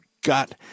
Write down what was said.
got